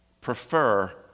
prefer